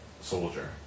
Soldier